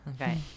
Okay